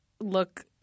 look